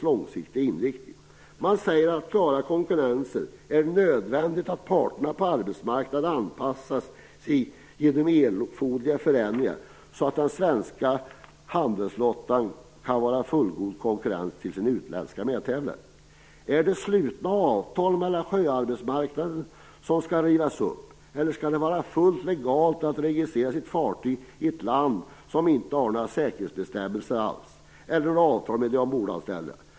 Man säger att för att klara konkurrensen är det nödvändigt att parterna på arbetsmarknaden anpassar sig och genomför erforderliga förändringar, så att den svenska handelsflottan kan vara en fullgod konkurrent till sina utländska medtävlare. Är det de slutna avtalen på sjöarbetsmarknaden som skall rivas upp? Eller skall det vara fullt legalt att registrera sitt fartyg i ett land som inte har några säkerhetsbestämmelser alls eller några avtal med de ombordanställda?